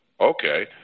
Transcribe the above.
Okay